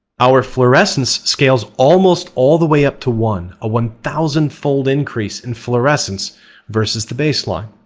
our fluorescence scales almost all the way up to one, a one thousand fold increase in fluorescence vs. the baseline.